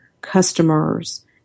customers